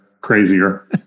crazier